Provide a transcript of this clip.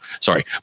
sorry